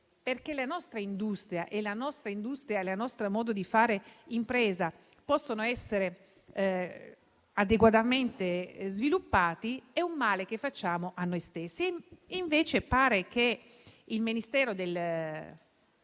risorse affinché la nostra industria e il nostro modo di fare impresa possano essere adeguatamente sviluppati è un male che facciamo a noi stessi. E invece pare che il Ministero che